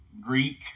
Greek